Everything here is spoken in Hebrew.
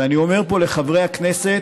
ואני אומר פה לחברי הכנסת: